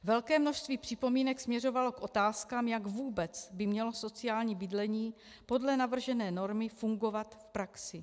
Velké množství připomínek směřovalo k otázkám, jak vůbec by mělo sociální bydlení podle navržené normy fungovat v praxi.